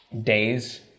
days